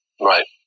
Right